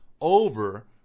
over